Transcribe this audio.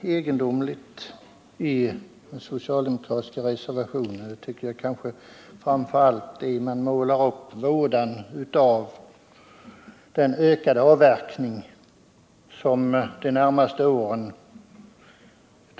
Egendomligt i den socialdemokratiska reservationen är framför allt att man målar upp vådan av den ökade avverkning som ett